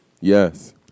Yes